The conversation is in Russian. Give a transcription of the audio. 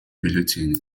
бюллетени